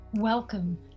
Welcome